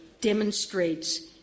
demonstrates